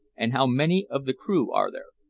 and how many of the crew are there?